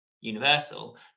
universal